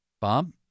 Bob